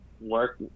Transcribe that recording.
work